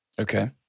Okay